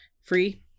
free